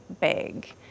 big